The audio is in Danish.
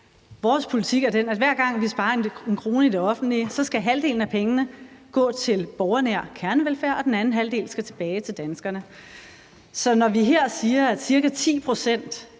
Vores politik er den, at hver gang vi sparer 1 kr. i det offentlige, skal halvdelen af pengene gå til borgernær kernevelfærd, og den anden halvdel skal tilbage til danskerne. Så når vi her siger, at ca. 10 pct.